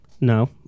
no